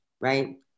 right